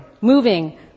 moving